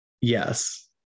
Yes